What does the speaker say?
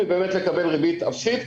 היא באמת לקבל ריבית אפסית.